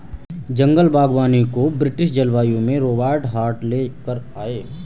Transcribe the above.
जंगल बागवानी को ब्रिटिश जलवायु में रोबर्ट हार्ट ले कर आये